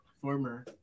former